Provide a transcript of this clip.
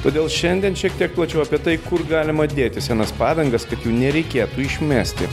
todėl šiandien šiek tiek plačiau apie tai kur galima dėti senas padangas kad jų nereikėtų išmesti